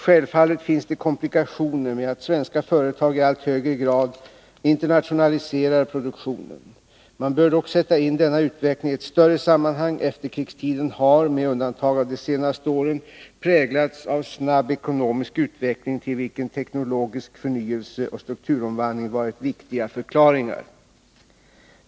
Självfallet finns det komplikationer med att svenska företag i allt högre grad internationaliserar produktionen. Man bör dock sätta in denna utveckling i ett större sammanhang. Efterkrigstiden har — med undantag av de senaste åren — präglats av snabb ekonomisk utveckling till vilken teknologisk förnyelse och strukturomvandling varit viktiga förklaringar.